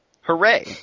Hooray